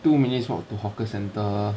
two minutes walk to hawker centre